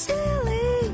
Silly